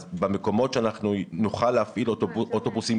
אז במקומות שנוכל להפעיל אוטובוסים